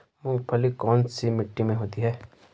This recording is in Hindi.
मूंगफली कौन सी मिट्टी में होती है?